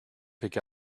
pick